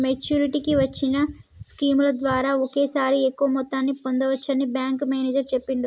మెచ్చురిటీకి వచ్చిన స్కీముల ద్వారా ఒకేసారి ఎక్కువ మొత్తాన్ని పొందచ్చని బ్యేంకు మేనేజరు చెప్పిండు